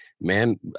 man